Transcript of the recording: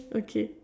okay